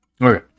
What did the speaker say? Okay